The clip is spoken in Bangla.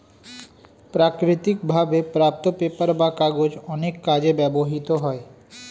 প্রাকৃতিক ভাবে প্রাপ্ত পেপার বা কাগজ অনেক কাজে ব্যবহৃত হয়